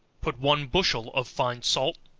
put one bushel of fine salt,